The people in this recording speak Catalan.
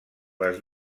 les